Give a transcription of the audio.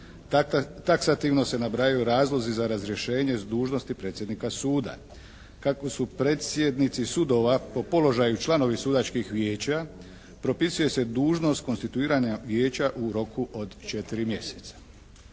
Taksativno se nabrajaju razlozi za razrješenje s dužnosti predsjednika suda. Kako su predsjednici sudova po položaju članovi sudačkih vijeća, propisuje se dužnost konstituiranja vijeća u roku od 4 mjeseca.